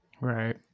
Right